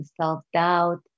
self-doubt